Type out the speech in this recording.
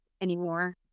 anymore